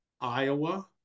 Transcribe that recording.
Iowa